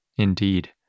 Indeed